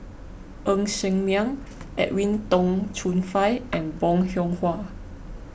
Ng Ser Miang Edwin Tong Chun Fai and Bong Hiong Hwa